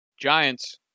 Giants